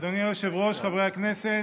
אדוני היושב-ראש, חברי הכנסת,